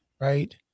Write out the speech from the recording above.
right